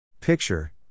Picture